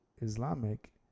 Islamic